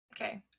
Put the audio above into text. Okay